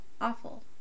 awful